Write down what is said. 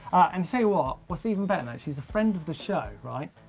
and say what, what's even better, she's a friend of the show, right,